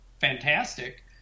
fantastic